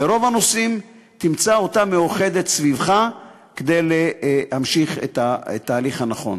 ברוב הנושאים תמצא אותה מאוחדת סביבך כדי להמשיך את התהליך הנכון.